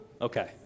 Okay